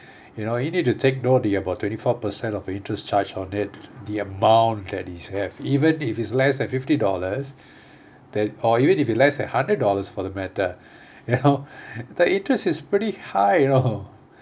you know you need to take note the about twenty four percent of the interest charged on it the amount that it have even if it's less than fifty dollars that or even if you less than hundred dollars for the matter you know the interest is pretty high you know